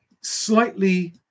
slightly